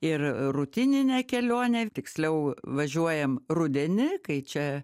ir rutininę kelionę tiksliau važiuojam rudenį kai čia